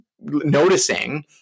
noticing